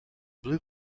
blue